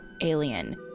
alien